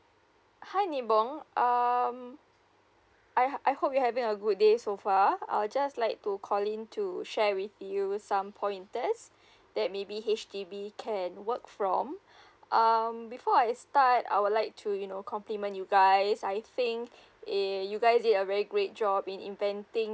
hi nibong um I I hope you having a good day so far I'll just like to call in to share with you some pointers that maybe H_D_B can work from um before I start I would like to you know compliment you guys I think eh you guys did a very great job in inventing